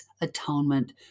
atonement